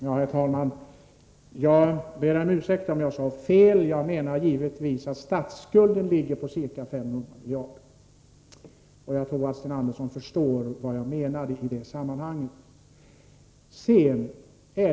Herr talman! Jag ber om ursäkt om jag sade fel — jag menar givetvis att statsskulden ligger på ca 500 miljarder. Och jag tror att Sten Andersson förstår vad jag menade i det sammanhanget.